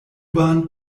bahn